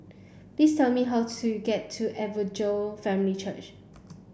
please tell me how to get to Evangel Family Church